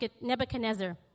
Nebuchadnezzar